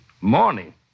Morning